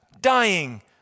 dying